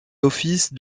office